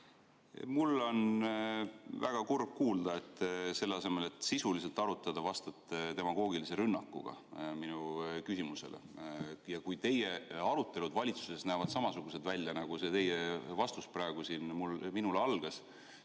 Mul on väga kurb kuulda, et selle asemel, et sisuliselt arutada, vastate te demagoogilise rünnakuga minu küsimusele. Kui teie arutelud valitsuses näevad välja samasugused, nagu teie vastus praegu siin minule algas,